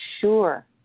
sure